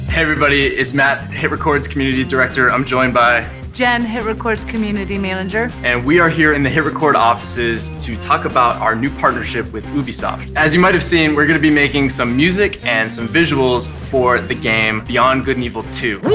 everybody. it's matt, hitrecord's community director. i'm joined by jen, hitrecord's community manager. and we are here in the hitrecord offices to talk about our new partnership with ubisoft. as you might have seen, we're going to be making some music and some visuals for the game beyond good and evil two. what?